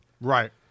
Right